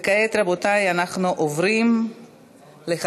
כעת, רבותי, אנחנו עוברים לחקיקה.